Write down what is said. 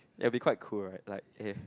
will be quite cool like air